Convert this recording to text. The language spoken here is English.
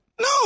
No